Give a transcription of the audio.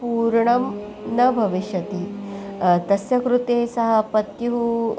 पूर्णं न भविष्यति तस्य कृते सः पत्युः